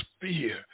fear